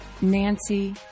Nancy